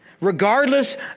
Regardless